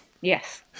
Yes